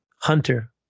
Hunter